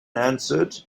answered